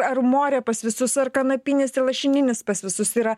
ar morė pas visus ar kanapinis ir lašininis pas visus yra